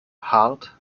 hart